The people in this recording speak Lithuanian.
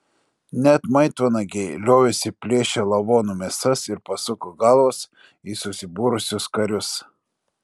net maitvanagiai liovėsi plėšę lavonų mėsas ir pasuko galvas į susibūrusius karius